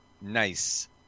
Nice